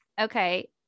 Okay